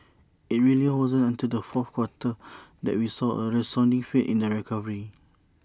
IT really wasn't until the fourth quarter that we saw A resounding faith in the recovery